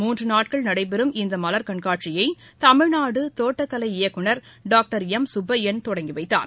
மூன்று நாட்கள் நடைபெறும் இந்த மலர் கண்னாட்சியை தமிழ்நாடு தோட்டக்கலை இயக்குனர் டாக்டர் ளம் சுப்பையன் தொடங்கிவைத்தார்